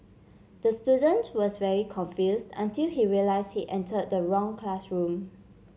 the student was very confused until he realised he entered the wrong classroom